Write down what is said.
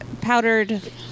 powdered